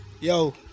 Yo